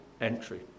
Entry